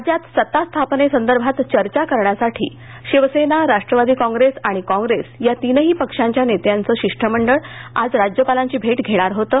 राज्यात सत्ता स्थापनेसंदर्भात चर्चा करण्यासाठी शिवसेना राष्ट्रवादी काँग्रेस आणि काँग्रेस या तिनही पक्षांच्या नेत्यांच शिष्टमंडळ आज राज्यपालांची भेट घेणार होतं